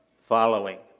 following